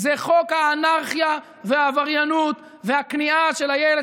זה חוק האנרכיה והעבריינות והכניעה של אילת